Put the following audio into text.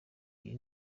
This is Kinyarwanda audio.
iri